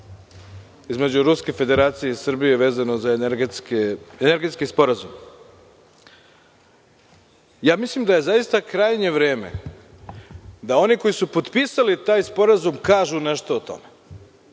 između Ruske Federacije i Srbije, a vezano za Energetski sporazum. Mislim da je zaista krajnje vreme da oni koji su potpisali taj sporazum kažu nešto o tome.